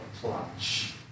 plunge